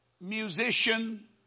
musician